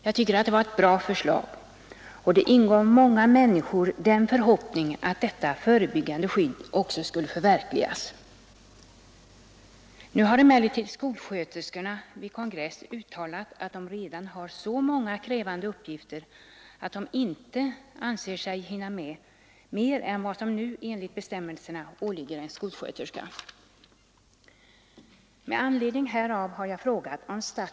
Jag tycker att det var ett bra förslag, och det ingav många människor den förhoppningen att detta förebyggande skydd också skulle förverkligas. Nu har emellertid skolsköterskorna vid kongress uttalat, att de redan har så många krävande uppgifter att de inte anser sig hinna med mer än vad som enligt bestämmelserna åligger en skolsköterska.